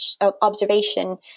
observation